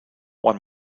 one